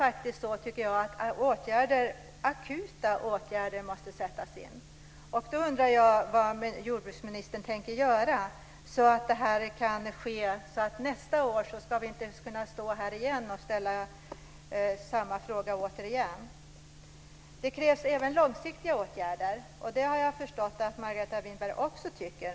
Akuta åtgärder måste sättas in. Vad tänker jordbruksministern göra så att vi inte behöver stå här nästa år igen med samma fråga? Det krävs även långsiktiga åtgärder. Det har jag förstått att Margareta Winberg också tycker.